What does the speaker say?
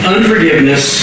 Unforgiveness